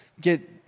get